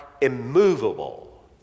immovable